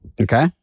Okay